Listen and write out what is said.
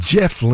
Jeff